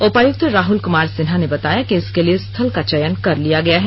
उपायुक्त राहुन कुमार सिन्हा ने बताया कि इसके लिए स्थल का चयन कर लिया गया है